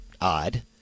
odd